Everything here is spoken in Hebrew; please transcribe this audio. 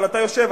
אבל אתה יושב,